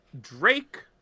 Drake